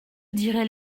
diraient